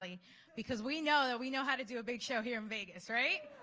like because we know that we know how to do a big show here in vegas, right?